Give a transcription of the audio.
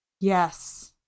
Yes